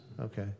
Okay